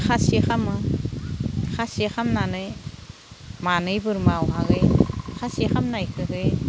खासि खालामो खासि खालामनानै मानै बोरमा खासि खालामनायखौहाय